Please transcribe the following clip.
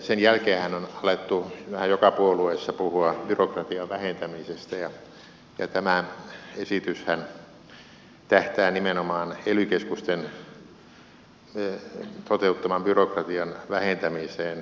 sen jälkeenhän on alettu vähän joka puolueessa puhua byrokratian vähentämisestä ja tämä esityshän tähtää nimenomaan ely keskusten toteuttaman byrokratian vähentämiseen